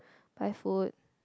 buy food